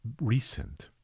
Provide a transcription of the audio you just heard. recent